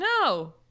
No